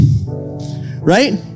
right